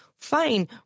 fine